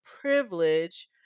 privilege